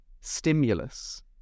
stimulus